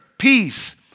Peace